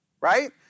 right